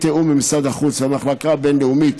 בתיאום עם משרד החוץ והמחלקה הבין-לאומית